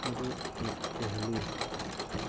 ꯃꯔꯨ ꯑꯣꯏꯍꯜꯂꯤ